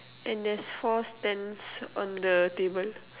and there's four stands on the table